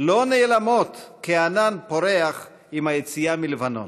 לא נעלמות כענן פורח עם היציאה מלבנון.